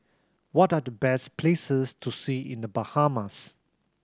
what are the best places to see in The Bahamas